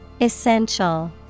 Essential